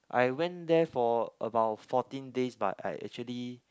I went there for about fourteen days but I actually